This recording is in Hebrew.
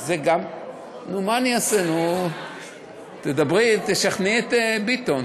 נו, מה אני אעשה, תשכנעי את ביטן.